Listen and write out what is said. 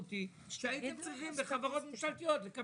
המציאות היא שהייתם צריכים בחברות ממשלתיות לקבל